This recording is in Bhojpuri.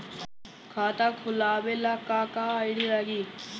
खाता खोलाबे ला का का आइडी लागी?